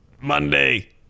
Monday